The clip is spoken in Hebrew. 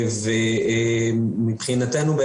מבחינתנו,